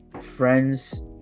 friends